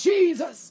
Jesus